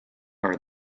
are